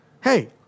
Hey